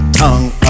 tongue